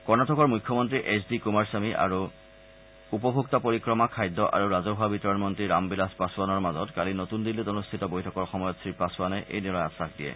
কৰ্ণাটকৰ মুখ্যমন্ত্ৰী H D Kumaraswamy আৰু উপভোক্তা পৰিক্ৰমা খাদ্য আৰু ৰাজহুৱা বিতৰণ মন্ত্ৰী ৰামবিলাস পাছোৱানৰ মাজত কালি নতুন দিল্লীত অনুষ্ঠিত বৈঠকৰ সময়ত শ্ৰীপাছোৱানে এইদৰে আখাস দিয়ে